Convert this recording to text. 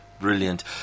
Brilliant